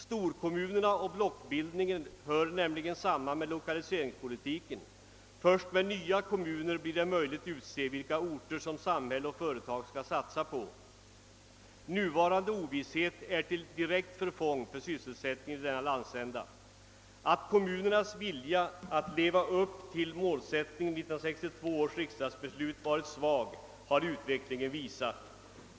Storkommunerna och blockbildningen hör nämligen samman med lokaliseringspolitiken. Först med nya kommu ner blir det möjligt utse vilka orter som samhälle och företag skall satsa på. Nuvarande ovisshet är till direkt förfång för sysselsättningen i denna landsända. Att kommunernas vilja att leva upp till målsättningen i 1962 års riksdagsbeslut varit svag har utvecklingen visat.